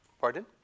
Pardon